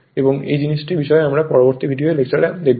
এবং এই জিনিসটির বিষয়ে আমরা পরবর্তী ভিডিও লেকচারে দেখব